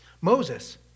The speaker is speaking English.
Moses